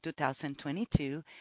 2022